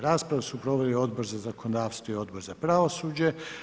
Raspravu su proveli Odbor za zakonodavstvo i Odbor za pravosuđe.